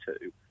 two